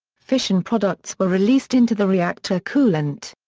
fission products were released into the reactor coolant.